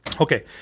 Okay